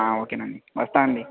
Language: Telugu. ఓకేనండి వస్తాను అండి